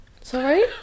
Sorry